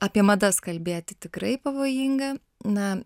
apie madas kalbėti tikrai pavojinga na